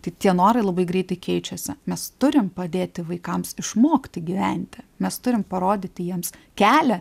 tai tie norai labai greitai keičiasi mes turim padėti vaikams išmokti gyventi mes turim parodyti jiem kelią